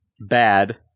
bad